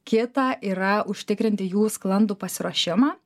kitą yra užtikrinti jų sklandų pasiruošimą